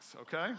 okay